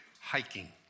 hiking